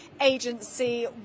agency